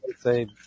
say